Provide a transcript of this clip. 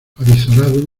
avizorado